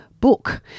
book